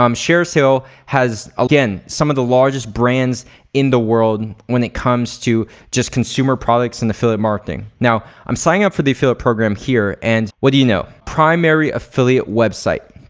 um shareasale has again, some of the largest brands in the world when it comes to just consumer products and affiliate marketing. now, i'm signing up for the affiliate program here and what do you know? primary affiliate website.